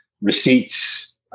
receipts